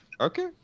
Okay